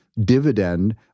dividend